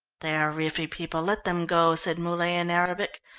they are riffi people let them go, said muley in arabic.